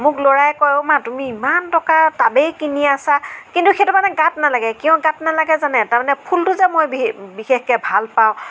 মোক ল'ৰাই কয় অঁ মা তুমি ইমান টকা টাবেই কিনি আছা কিন্তু সেইটো মানে গাত নালাগে কিয় গাত নালাগে জানে তাৰ মানে ফুলটো যে মই বিশেষকৈ ভাল পাওঁ